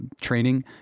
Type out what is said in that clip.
training